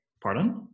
Pardon